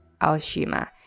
Aoshima